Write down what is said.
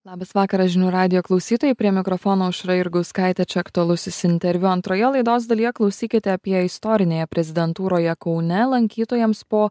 labas vakaras žinių radijo klausytojai prie mikrofono aušra jurgauskaitė aktualusis interviu antroje laidos dalyje klausykite apie istorinėje prezidentūroje kaune lankytojams po